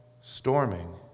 storming